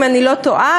אם אני לא טועה,